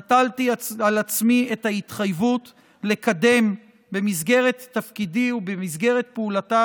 נטלתי על עצמי את ההתחייבות לקדם במסגרת תפקידי ובמסגרת פעולתה